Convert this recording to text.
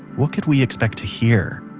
what could we expect to hear?